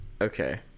Okay